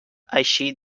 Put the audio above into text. eixir